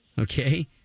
Okay